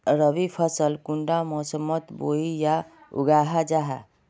रवि फसल कुंडा मोसमोत बोई या उगाहा जाहा?